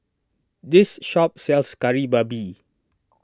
this shop sells Kari Babi